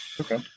Okay